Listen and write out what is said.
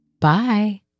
bye